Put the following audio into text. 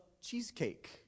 cheesecake